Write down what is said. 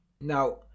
Now